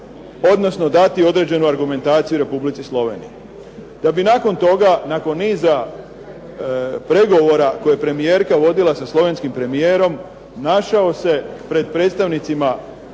odnosno dati određenu argumentaciju Republici Sloveniji. Da bi nakon toga, nakon niza pregovora koje je premijerka vodila sa slovenskim premijerom, našao se pred predstavnicima